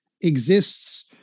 exists